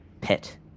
pit